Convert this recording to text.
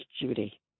Judy